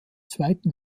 zweiten